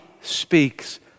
speaks